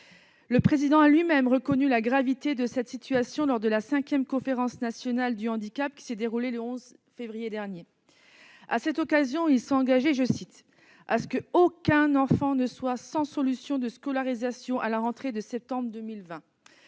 République a lui-même reconnu la gravité de cette situation, lors de la cinquième Conférence nationale du handicap, qui s'est déroulée le 11 février dernier. À cette occasion, il s'est engagé à ce qu'aucun enfant ne soit sans solution de scolarisation à la rentrée de septembre 2020.